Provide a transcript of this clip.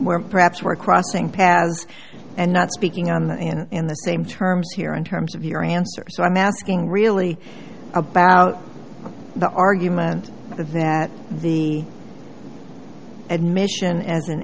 perhaps we're crossing paths and not speaking on and the same terms here in terms of your answer so i'm asking really about the argument that the admission as an